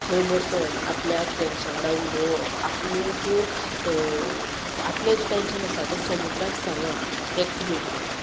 थंय बसोन आपल्या फ्रॅण्सां वांगडा उलोवप आपल्यो ज्यो आपलें जें टँशन आसा तें समुद्राक सांगप हें खूब इंपॉर्टण्ट